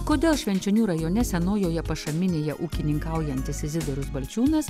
kodėl švenčionių rajone senojoje pašaminėje ūkininkaujantis izidorius balčiūnas